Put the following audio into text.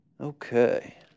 Okay